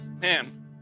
man